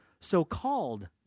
so-called